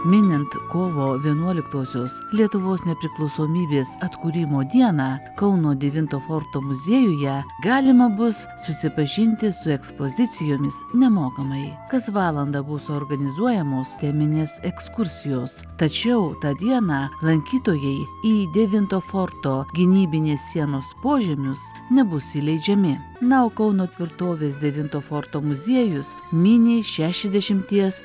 minint kovo vienuoliktosios lietuvos nepriklausomybės atkūrimo dieną kauno devinto forto muziejuje galima bus susipažinti su ekspozicijomis nemokamai kas valandą bus organizuojamos teminės ekskursijos tačiau tą dieną lankytojai į devinto forto gynybinės sienos požemius nebus įleidžiami nuo kauno tvirtovės devinto forto muziejus mini šešiasdešimties